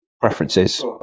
preferences